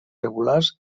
regulars